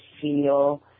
feel